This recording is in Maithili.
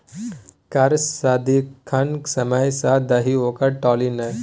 कर सदिखन समय सँ दही ओकरा टाली नै